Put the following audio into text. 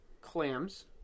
clams